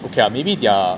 okay lah maybe their